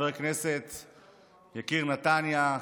יקיר נתניה,